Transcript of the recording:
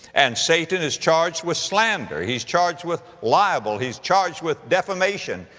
and satan is charged with slander. he's charged with liable. he's charged with defamation.